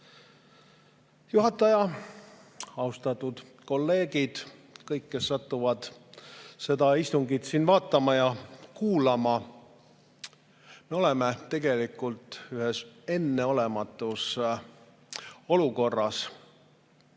juhataja! Austatud kolleegid! Kõik, kes satuvad seda istungit siin vaatama ja kuulama! Me oleme tegelikult ühes enneolematus olukorras.